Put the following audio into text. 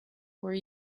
were